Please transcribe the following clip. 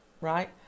right